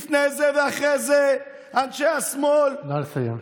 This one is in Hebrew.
לפני זה ואחרי זה, אנשי השמאל, נא לסיים.